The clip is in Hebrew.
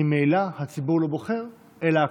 ממילא הציבור לא בוחר אלא הכנסת.